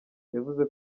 yavuze